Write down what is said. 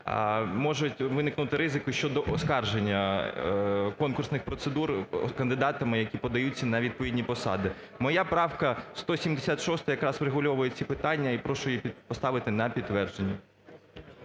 можуть виникнути ризики щодо оскарження конкурсних процедур кандидатами, які подаються на відповідні посади. Моя правка 176 якраз врегульовує ці питання і прошу її поставити на підтвердження.